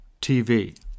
TV